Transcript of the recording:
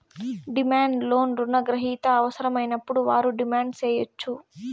demand loan రుణ గ్రహీతలకు అవసరమైనప్పుడు వారు డిమాండ్ సేయచ్చు